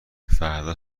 فردا